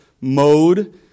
mode